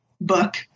book